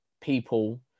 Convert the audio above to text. people